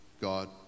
God